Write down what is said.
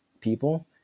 people